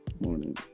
morning